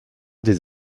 des